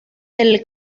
del